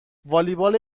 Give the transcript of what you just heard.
والیبال